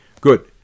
good